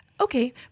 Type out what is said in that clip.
Okay